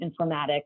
informatics